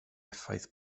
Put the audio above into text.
effaith